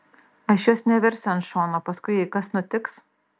aš jos neversiu ant šono paskui jei kas nutiks